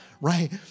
right